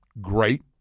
great